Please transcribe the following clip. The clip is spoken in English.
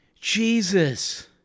Jesus